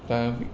दा